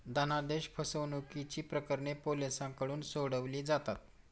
धनादेश फसवणुकीची प्रकरणे पोलिसांकडून सोडवली जातात